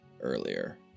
earlier